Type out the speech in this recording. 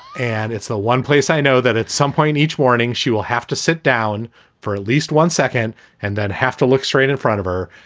and it's the one place i know that at some point each morning she will have to sit down for at least one second and then have to look straight in front of her.